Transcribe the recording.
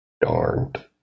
darned